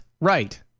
right